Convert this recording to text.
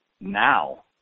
now